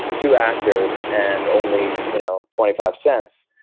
two actors and only you know twenty five cents,